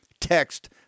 Text